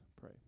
pray